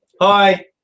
Hi